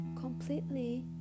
Completely